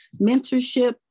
mentorship